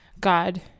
God